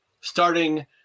starting